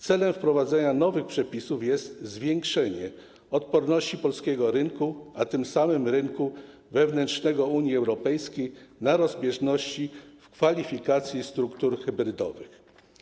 Celem wprowadzenia nowych przepisów jest zwiększenie odporności polskiego rynku, a tym samym rynku wewnętrznego Unii Europejskiej na rozbieżności w kwalifikacji struktur hybrydowych.